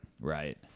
Right